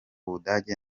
budage